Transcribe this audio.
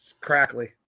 Crackly